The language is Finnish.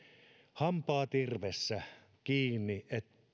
hampaat irvessä kiinni